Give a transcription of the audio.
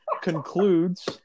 concludes